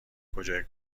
کجای